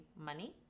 money